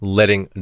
letting